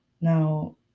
Now